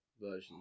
version